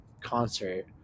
concert